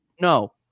no